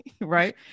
Right